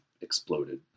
exploded